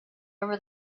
over